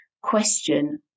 question